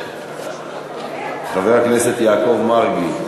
חבר הכנסת יעקב מרגי,